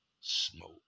smoke